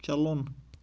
چلُن